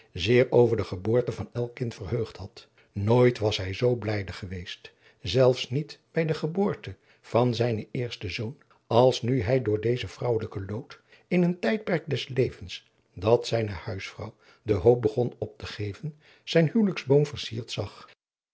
zeer over de geboorte van elk kind verheugd had nooit was hij zoo blijde geweest zelfs niet bij de geboorte van zijnen eersten zoon als nu hij door deze vrouwelijke loot in een tijdperk des levens dat zijne huisvrouw de hoop begon op te geven zijn huwelijksboom versierd zag